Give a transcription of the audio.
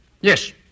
Yes